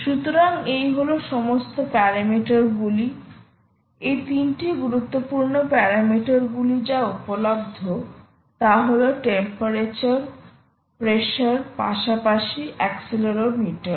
সুতরাং এই হল সমস্ত প্যারামিটার গুলি এই 3 টি গুরুত্বপূর্ণ প্যারামিটার গুলি যা উপলব্ধ তা হল টেম্পারেচার প্রেসার পাশাপাশি অ্যাক্সিলরোমিটার